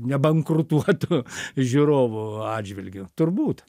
nebankrutuotų žiūrovo atžvilgiu turbūt